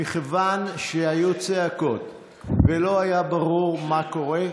מכיוון שהיו צעקות ולא היה ברור מה קורה,